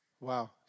Wow